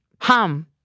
hum